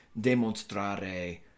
demonstrare